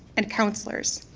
and counselors.